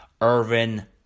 Irvin